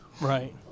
Right